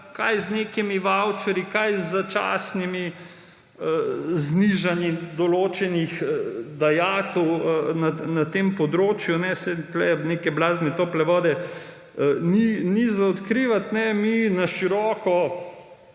kaj z nekimi vavčerji, kaj z začasnimi znižanji določenih dajatev na tem področju, saj tukaj neke tople vode ni za odkrivati, mi na široko